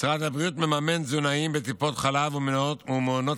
משרד הבריאות מממן תזונאים בטיפות חלב ומעונות